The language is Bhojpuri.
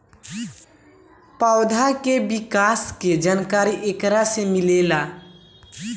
पौधा के विकास के जानकारी एकरा से मिलेला